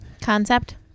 concept